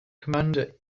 commander